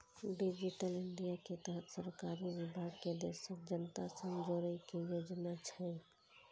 digital India के तहत सरकारी विभाग कें देशक जनता सं जोड़ै के योजना छै